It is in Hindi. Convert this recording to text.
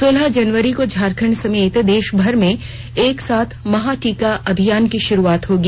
सोलह जनवरी को झारखंड समेत देश भर में एक साथ महाटीका अभियान की शुरुआत होगी